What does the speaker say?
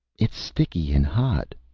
it's sticky and hot,